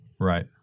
Right